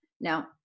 Now